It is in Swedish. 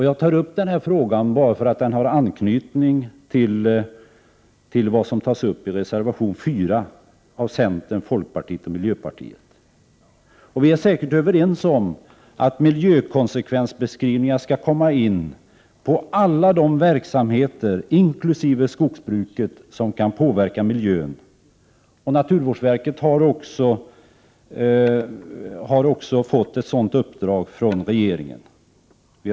Jag tar upp frågan enbart för att den har anknytning till vad som tas upp i reservation 4 av centern, folkpartiet och miljöpartiet. Vi är säkert överens om att miljökonsekvensbeskrivningar skall komma in på alla de verksamheter, inkl. skogsbruket, som kan påverka miljön. Naturvårdsverket har också fått ett sådant uppdrag från regeringen.